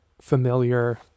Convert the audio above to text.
familiar